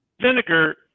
vinegar